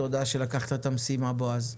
תודה שלקחת את המשימה, בועז.